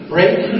Break